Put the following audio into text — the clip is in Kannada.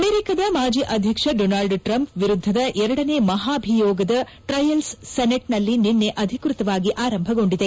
ಅಮೆರಿಕದ ಮಾಜಿ ಅಧ್ಯಕ್ಷ ಡೊನಾಲ್ಡ್ ಟ್ರಂಪ್ ವಿರುದ್ದದ ಎರಡನೇ ಮಹಾಭೀಯೋಗದ ಟ್ರಯಲ್ಸ್ ಸೆನೆಟ್ ನಲ್ಲಿ ನಿನ್ನೆ ಅಧಿಕೃತವಾಗಿ ಆರಂಭಗೊಂಡಿದೆ